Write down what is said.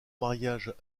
mariage